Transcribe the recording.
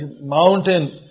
mountain